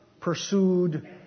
pursued